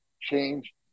change